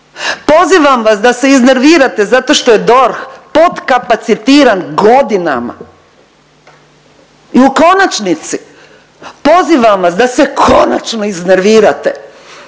Pozivam vas da se iznervirate zato što je DORH potkapacitiran godinama. I u konačnici pozivam vas da se konačno iznervirate